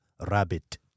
Rabbit